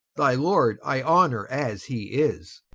thy lord i honour as he is